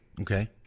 Okay